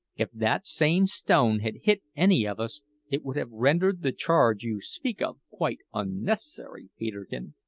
if that same stone had hit any of us it would have rendered the charge you speak of quite unnecessary, peterkin.